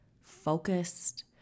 focused